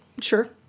Sure